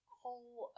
whole